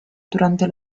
durante